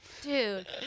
dude